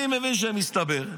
אני מבין שמסתבר,